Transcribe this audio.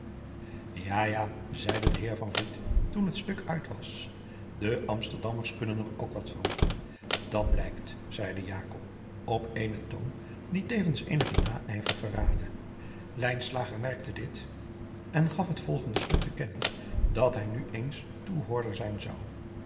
ja ja zeide de heer van vliet toen het stuk uit was de amsterdammers kunnen er ook wat van dat blijkt zeide jakob op cenen toon die tevens eenigen naijver verraadde lijnslager merkte dit en gaf bij het volgende stuk te kennen dat hij nu eens toehoorder zijn zou